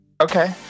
okay